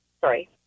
sorry